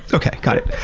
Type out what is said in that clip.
okay, got it.